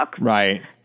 Right